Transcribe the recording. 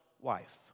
wife